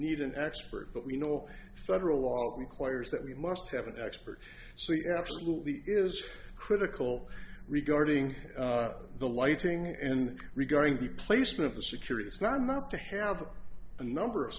need an expert but we know federal law requires that we must have an expert so you know absolutely is critical regarding the lighting and regarding the placement of the security it's not enough to have a number of